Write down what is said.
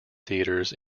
theaters